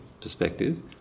perspective